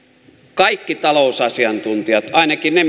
kaikki talousasiantuntijat ainakin ne